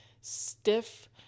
stiff